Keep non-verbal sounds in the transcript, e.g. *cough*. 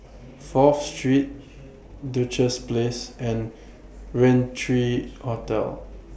*noise* Fourth Street Duchess Place and Rain three Hotel